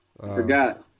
Forgot